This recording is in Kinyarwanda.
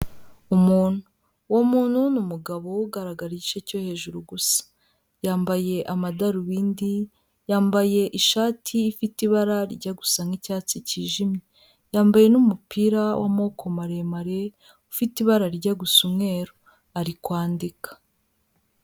Umuntu, uwo muntu ni umugabo ugaraga igice cyo hejuru gusa, yambaye amadarubindi, yambaye ishati ifite ibara rijya gusa nk'icyatsi cyijimye, yambaye n'umupira w'amaboko maremare ufite ibara rijya gusa umweru ari kwandika.